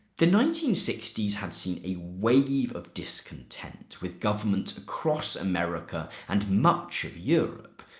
the nineteen sixty s had seen a wave of discontent with governments across america and much of europe.